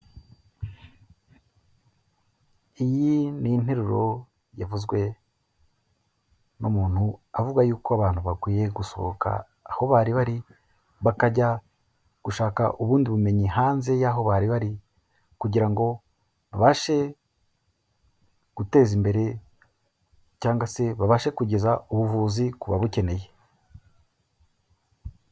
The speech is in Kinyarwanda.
Iyi ni interuro yavuzwe n'umuntu avuga yuko abantu bakwiye gusohoka aho bari bari bakajya gushaka ubundi bumenyi hanze yaho bari bari kugira ngo babashe guteza imbere cyangwa se babashe kugeza ubuvuzi ku babukeneye.